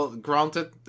Granted